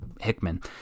Hickman